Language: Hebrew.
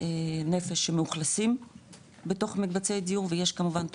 נפש שמאוכלסים בתוך מקבצי דיור ויש כמובן,